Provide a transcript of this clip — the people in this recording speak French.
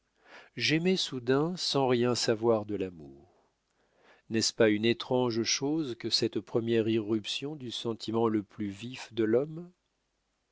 j'aimai soudain sans rien savoir de l'amour n'est-ce pas une étrange chose que cette première irruption du sentiment le plus vif de l'homme